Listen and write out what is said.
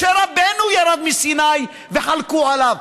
משה רבנו ירד מסיני וחלקו עליו.